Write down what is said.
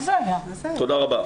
תודה רבה.